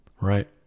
right